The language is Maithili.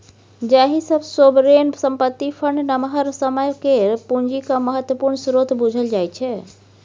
जाहि सँ सोवरेन संपत्ति फंड नमहर समय केर पुंजीक महत्वपूर्ण स्रोत बुझल जाइ छै